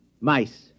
Mice